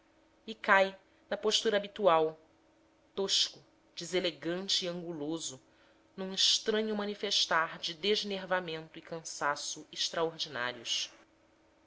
e cai na postura habitual tosco deselegante e anguloso num estranho manifestar de desnervamento e cansaço extraordinários